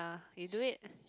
you do it